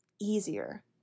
easier